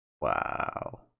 wow